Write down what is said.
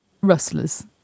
rustlers